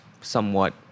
somewhat